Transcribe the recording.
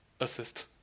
Assist